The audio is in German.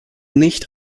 nicht